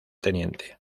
teniente